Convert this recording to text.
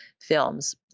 films